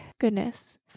goodness